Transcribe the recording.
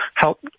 help